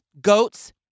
goats